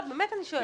באמת, אני שואלת.